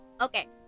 Okay